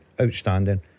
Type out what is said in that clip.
outstanding